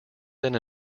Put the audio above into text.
then